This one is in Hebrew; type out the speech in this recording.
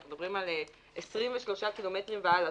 אנחנו מדברים על 23 ק"מ והלאה.